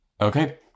Okay